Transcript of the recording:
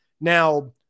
Now